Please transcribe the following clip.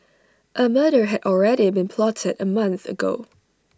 A murder had already been plotted A month ago